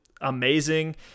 amazing